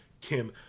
Kim